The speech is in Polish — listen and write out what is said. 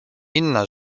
inna